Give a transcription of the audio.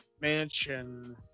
mansion